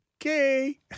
Okay